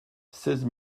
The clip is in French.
seize